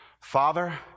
Father